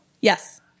Yes